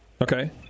Okay